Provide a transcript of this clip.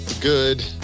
good